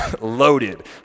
loaded